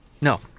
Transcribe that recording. No